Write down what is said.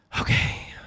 okay